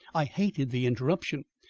i hated the interruption,